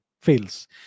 fails